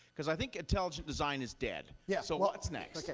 because i think intelligent design is dead, yeah so what's next? yeah